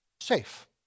safe